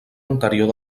anterior